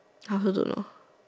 I also don't know